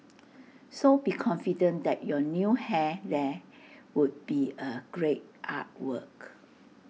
so be confident that your new hair there would be A great artwork